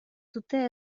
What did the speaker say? dute